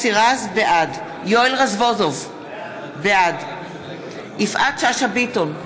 בעד יואל רזבוזוב, בעד יפעת שאשא ביטון,